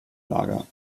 lager